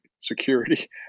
security